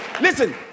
listen